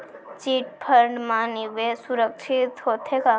Chit fund मा निवेश सुरक्षित होथे का?